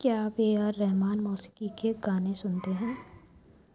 کیا آپ اے آر رحمان موسیقی کے گانے سنتے ہیں